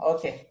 Okay